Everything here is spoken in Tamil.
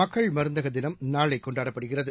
மக்கள் மருந்தகதினம் நாளைகொண்டாடப்படுகிறது